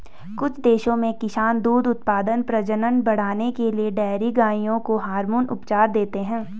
कुछ देशों में किसान दूध उत्पादन, प्रजनन बढ़ाने के लिए डेयरी गायों को हार्मोन उपचार देते हैं